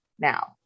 now